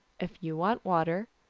if you want water,